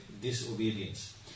disobedience